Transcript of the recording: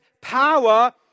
power